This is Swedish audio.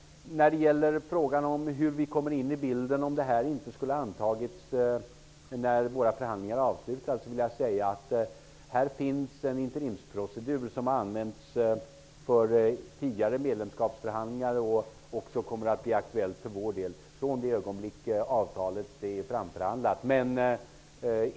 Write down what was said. När det gäller frågan hur vi kommer in i bilden om direktivet inte skulle ha antagits när våra förhandlingar är avslutade vill jag säga att här finns en interimsprocedur som har använts för tidigare medlemskapsförhandlingar och som också kommer att bli aktuell för vår del från det ögonblick då förhandlingarna om avtalet är avslutade.